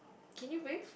can you bathe